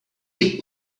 big